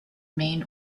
main